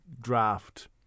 draft